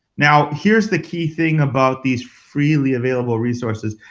now, here is the key thing about these freely available resources.